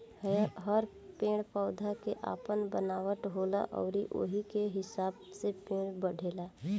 हर पेड़ पौधा के आपन बनावट होला अउरी ओही के हिसाब से पेड़ बढ़ेला